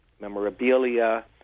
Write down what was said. memorabilia